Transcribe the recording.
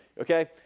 okay